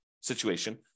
situation